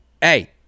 hey